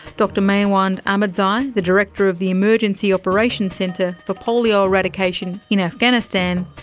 dr maiwand ahmadzai, the director of the emergency operation centre for polio eradication in afghanistan,